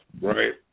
Right